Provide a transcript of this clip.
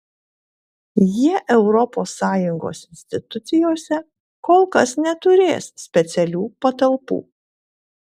jie europos sąjungos institucijose kol kas neturės specialių patalpų